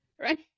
right